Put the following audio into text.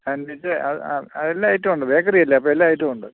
എന്നിട്ട് അത് എല്ലാ ഐറ്റവും ഉണ്ട് ബേക്കറി അല്ലേ അപ്പോൾ എല്ലാ ഐറ്റും ഉണ്ട്